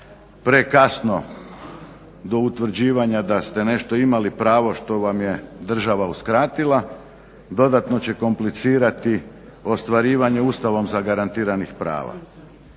prekasno do utvrđivanja da ste nešto imali pravo što vam je država uskratila dodatno će komplicirati ostvarivanje Ustavom zagarantiranih prava.